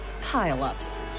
pile-ups